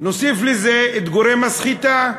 נוסיף לזה את גורם הסחיטה.